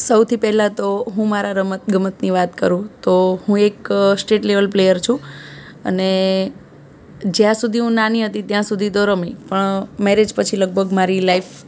સૌથી પહેલાં તો હું મારા રમત ગમતની વાત કરું તો હું એક સ્ટેટ લેવલ પ્લેયર છું અને જયાં સુધી હું નાની હતી ત્યાં સુધી તો રમી પણ મેરેજ પછી લગભગ મારી લાઈફ